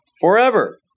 forever